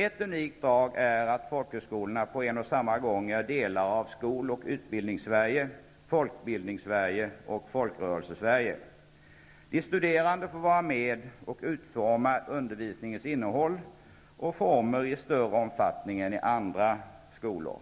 Ett unikt drag är att folkhögskolorna på en och samma gång är delar av skol och utbildnings Sverige. De studerande får vara med och utforma undervisningens innehåll och former i större omfattning än i andra skolor.